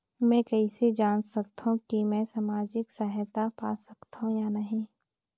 मै कइसे जान सकथव कि मैं समाजिक सहायता पा सकथव या नहीं?